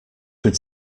could